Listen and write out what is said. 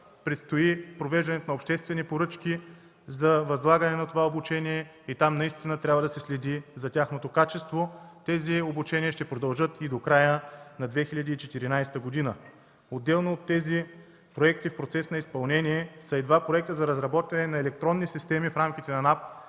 Предстои провеждането на обществени поръчки за възлагане на това обучение. Там наистина трябва да се следи за тяхното качество. Тези обучения ще продължат и до края на 2014 г. Отделно от тези проекти в процес на изпълнение са и два проекта за разработване на електронни системи в рамките на НАП,